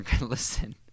listen